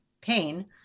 pain